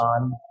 on